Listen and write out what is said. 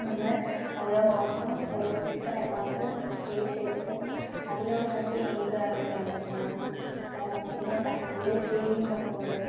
ഞമ്മൾ ഓരോ മാസം ഓരോ ഫിക്സഡ് എമൗണ്ട് പേ ചെയ്തിട്ട് അതിലൂടെ നമുക്ക് ഇൻകം ഏൺ ചെയ്യാൻ പറ്റുന്നതാണ് പിന്നെ ബാങ്കിൽ സേവിങ്ങ് അക്കൗണ്ട്